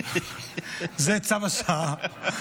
זה צו השעה.